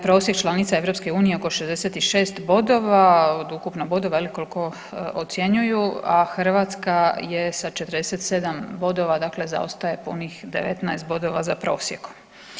Prosjek članica EU oko 66 bodova od ukupno bodova koliko ocjenjuju, a Hrvatska je sa 47 bodova dakle zaostaje punih 19 bodova za prosjekom.